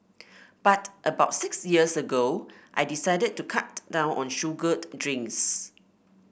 but about six years ago I decided to cut down on sugared drinks